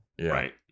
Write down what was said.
Right